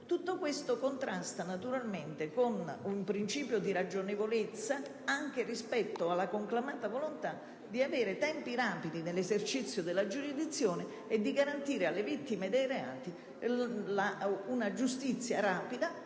Tutto ciò contrasta naturalmente con un principio di ragionevolezza anche rispetto alla conclamata volontà di avere tempi rapidi nell'esercizio della giurisdizione, di garantire una giustizia rapida